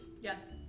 Yes